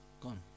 gone